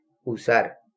usar